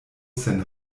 sen